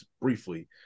briefly